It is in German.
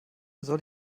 soll